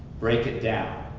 break it down.